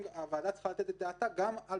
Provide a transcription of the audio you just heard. הוועדה צריכה לתת את דעתה גם על